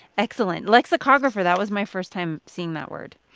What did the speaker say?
excellent. lexicographer that was my first time seeing that word